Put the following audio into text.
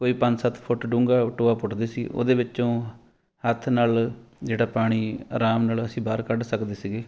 ਕੋਈ ਪੰਜ ਸੱਤ ਫੁੱਟ ਡੂੰਘਾ ਟੋਆ ਪੁੱਟਦੇ ਸੀ ਉਹਦੇ ਵਿੱਚੋਂ ਹੱਥ ਨਾਲ ਜਿਹੜਾ ਪਾਣੀ ਆਰਾਮ ਨਾਲ ਅਸੀਂ ਬਾਹਰ ਕੱਢ ਸਕਦੇ ਸੀਗੇ